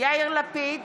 יאיר לפיד,